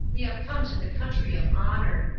we have come to the country of honour.